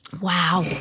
Wow